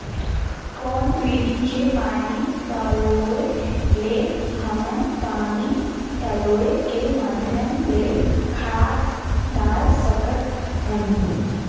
कौन विधि के पानी पलोय ले हमन पानी पलोय के माध्यम ले खाद डाल सकत हन?